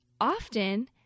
often